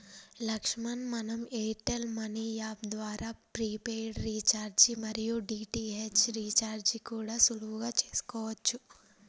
లక్ష్మణ్ మనం Airtel money app ద్వారా prepaid recharge మరియు డి.టి.హెచ్ రీఛార్జి కూడా సులువుగా చేసుకోవచ్చు